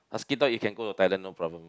you can go to Thailand no problem